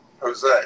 Jose